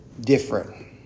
different